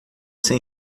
sem